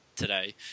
today